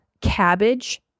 cabbage